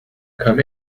come